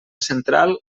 central